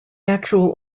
actual